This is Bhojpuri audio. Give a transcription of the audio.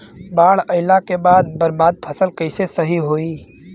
बाढ़ आइला के बाद बर्बाद फसल कैसे सही होयी?